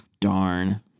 darn